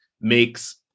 makes